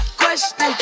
question